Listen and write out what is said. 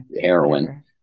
heroin